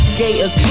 Skaters